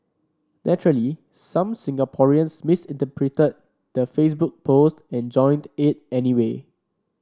naturally some Singaporeans the Facebook post and joined it anyway